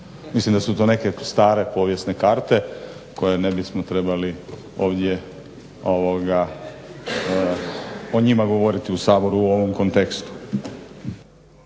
Mislim da su to neke stare povijesne karte koje ne bismo trebali ovdje o njima govoriti u Saboru u ovom kontekstu.